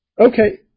Okay